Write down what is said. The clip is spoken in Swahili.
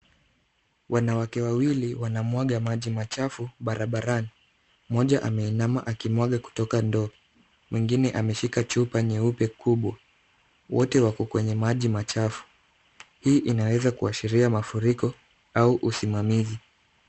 Wanawake wawili wanamwaga maji machafu barabarani. Mmoja ameinama akimwaga kutoka ndoo. Mwingine ameshika chupa kubwa nyeupe kubwa. Wote wake kwenye maji machafu. Hii inaweza kuashiria mafuriko au usimamizi.